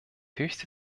höchste